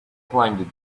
climbed